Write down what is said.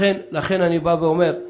לכן אני בא ואומר,